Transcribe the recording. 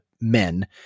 men